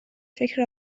فکر